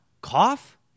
cough